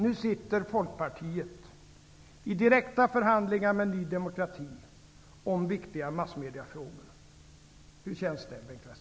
Nu sitter Folkpartiet i direkta förhandlingar med Ny demokrati om viktiga massmediafrågor. Hur känns det, Bengt Westerberg?